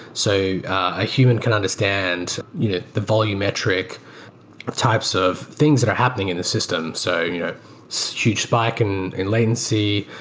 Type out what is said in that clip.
so a human can understand the volumetric types of things that are happening in the system. so you know so huge spike and in latency,